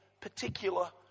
particular